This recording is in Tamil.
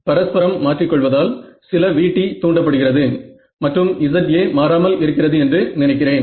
பரஸ்பரம் மாற்றி கொள்வதால் சில VT தூண்டப்படுகிறது மற்றும் Za மாறாமல் இருக்கிறது என்று நினைக்கிறேன்